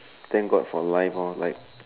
thank God for life orh like